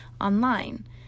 online